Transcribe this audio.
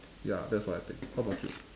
ya that's what I think how about you